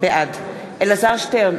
בעד אלעזר שטרן,